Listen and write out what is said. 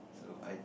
so I